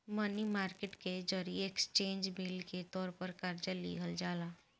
मनी market के जरिए exchange bill के तौर पर कर्जा लिहल जाला